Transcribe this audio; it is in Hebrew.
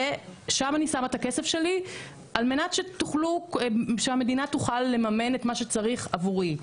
שם אני שמה את הכסף שלי על מנת שהמדינה תוכל לממן את מה שצריך עבורי.